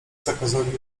zakazowi